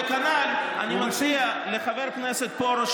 כנ"ל אני מציע לחבר הכנסת פרוש,